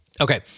Okay